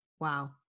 Wow